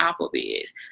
Applebee's